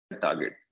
target